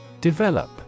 Develop